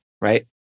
right